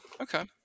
Okay